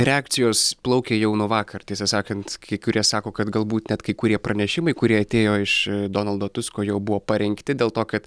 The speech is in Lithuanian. reakcijos plaukia jau nuo vakar tiesą sakant kai kurie sako kad galbūt net kai kurie pranešimai kurie atėjo iš donaldo tusko jau buvo parengti dėl to kad